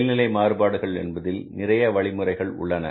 மேல்நிலை மாறுபாடுகள் என்பதில் நிறைய வழிமுறைகள் உள்ளன